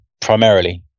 primarily